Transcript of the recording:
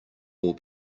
will